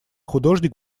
художник